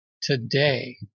today